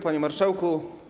Panie Marszałku!